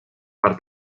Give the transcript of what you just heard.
per